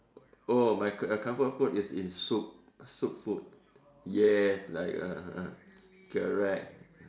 oh my com~ comfort food is in soup soup food yes like uh correct